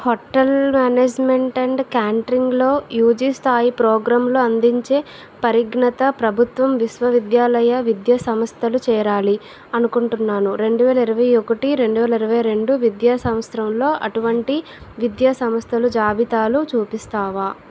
hotel management and క్యాంట్రింగ్లో UG స్థాయి ప్రోగ్రాంలు అందించే పరిగణిత ప్రభుత్వం విశ్వవిద్యాలయ విద్యా సంస్థలు చేరాలి అనుకుంటున్నాను రెండు వేల ఇరవై ఒకటి రెండు వేల ఇరవై రెండు విద్యా సంవత్సరంలో అటువంటి విద్యా సంస్థలు జాబితా చూపిస్తావా